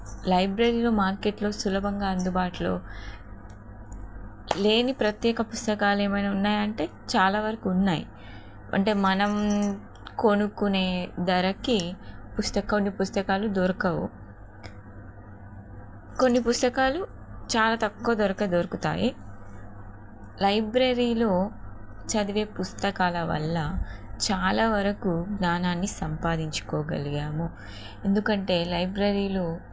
లైబ్రరీలో మార్కెట్లో సులభంగా అందుబాటులో లేని ప్రత్యేక పుస్తకాలు ఏమైనా ఉన్నాయా అంటే చాలా వరకు ఉన్నాయి అంటే మనం కొనుక్కునే ధరకీ పుస్తకాలు పుస్తకాలు దొరకవ్ కొన్ని పుస్తకాలు చాలా తక్కువ ధరకే దొరుకుతాయి లైబ్రరీలో చదివే పుస్తకాల వల్ల చాలా వరకు జ్ఞానాన్ని సంపాదించుకోగలిగాము ఎందుకంటే లైబ్రరీలో